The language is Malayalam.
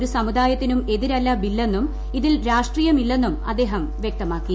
ഒരു സമുദായത്തിനും എതിരല്ല ബില്ലെന്നും ഇതിൽ രാഷ്ട്രീയമില്ലെന്നും അദ്ദേഹം വ്യക്തമാക്കി